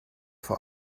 vor